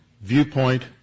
viewpoint